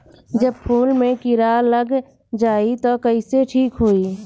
जब फूल मे किरा लग जाई त कइसे ठिक होई?